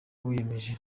wiyemeje